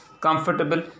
comfortable